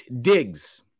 Diggs